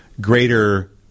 greater